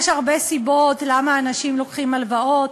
אני רוצה לומר שיש הרבה סיבות למה אנשים לוקחים הלוואות,